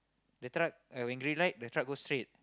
the truck uh when green light the truck go straight